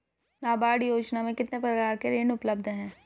नाबार्ड योजना में कितने प्रकार के ऋण उपलब्ध हैं?